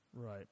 Right